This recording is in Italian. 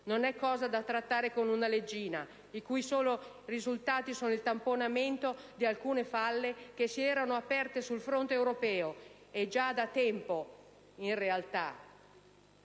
Non è cosa da trattare con una leggina, i cui soli risultati sono il tamponamento di alcune falle che si erano aperte sul fronte europeo, e in realtà